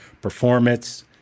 performance